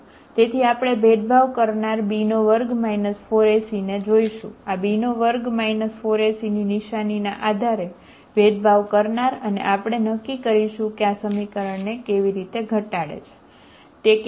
તેથી આપણે ભેદભાવ કરનાર b2 4ac ને જોઈશું આ b2 4ac ની નિશાનીના આધારે ભેદભાવ કરનાર અને આપણે નક્કી કરીશું કે આ સમીકરણને કેવી રીતે ઘટાડે છે બરાબર